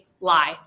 lie